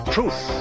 Truth